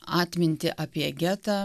atmintį apie getą